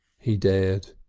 he dared.